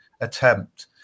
attempt